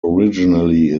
originally